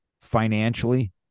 financially